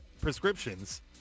prescriptions